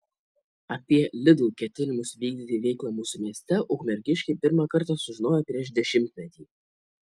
apie lidl ketinimus vykdyti veiklą mūsų mieste ukmergiškiai pirmą kartą sužinojo prieš dešimtmetį